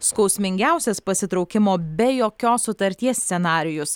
skausmingiausias pasitraukimo be jokios sutarties scenarijus